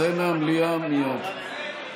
צא מהמליאה מייד.